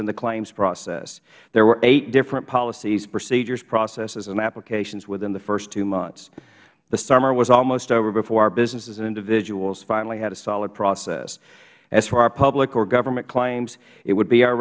in the claims process there were eight different policies procedures processes and applications within the first two months the summer was almost over before our businesses and individuals finally had a solid process as for our public or government claims it would be our